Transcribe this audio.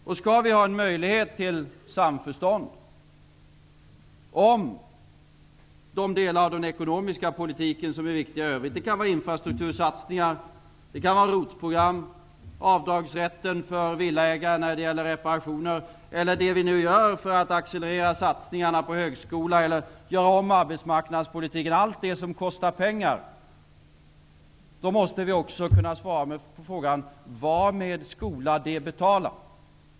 Skall det finnas en möjlighet till samförstånd om de delar av den ekonomiska politiken som är viktiga i övrigt -- det kan vara infrastruktursatsningar, ROT program, avdragsrätt för villaägare när det gäller reparationer eller det vi nu gör för att accelerera satsningar på högskolan eller göra om arbetsmarknadspolitiken, allt det som kostar pengar -- måste vi också få svar på frågan: Varmed skola de betala?